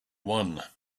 one